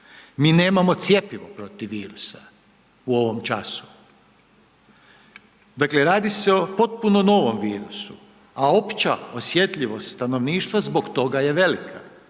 Mi nemamo cjepivo protiv virusa u ovom času. Dakle, radi se o potpuno novom virusu, a opća osjetljivost stanovništva zbog toga je velika.